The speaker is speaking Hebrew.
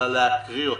אלא להקריא אותן.